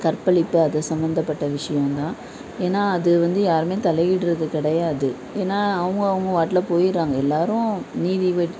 கற்பழிப்பு அது சம்பந்தப்பட்ட விஷயம் தான் ஏன்னா அது வந்து யாருமே தலையிடுறது கிடையாது ஏன்னா அவங்கவுங்க பாட்டில் போயிடுறாங்க எல்லாரும் நீதி விட்